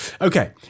Okay